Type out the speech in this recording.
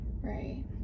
Right